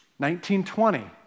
1920